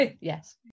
Yes